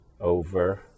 over